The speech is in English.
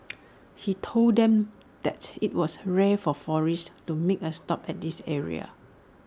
he told them that IT was rare for tourists to make A stop at this area